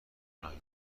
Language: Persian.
نیامده